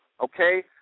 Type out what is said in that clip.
okay